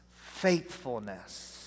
faithfulness